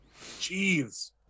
Jeez